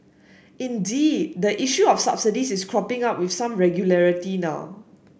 indeed the issue of subsidies is cropping up with some regularity now